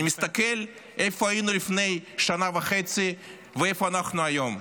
אני מסתכל איפה היינו לפני שנה וחצי ואיפה אנחנו היום.